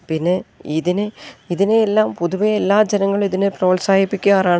പിന്നെ ഇതിനെ ഇതിനെയെല്ലാം പൊതുവേ എല്ലാ ജനങ്ങളും ഇതിനെ പ്രോത്സാഹിപ്പിക്കാറാണ്